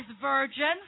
virgin